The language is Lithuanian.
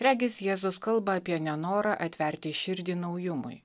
regis jėzus kalba apie nenorą atverti širdį naujumui